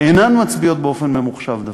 אינן מצביעות באופן ממוחשב דווקא,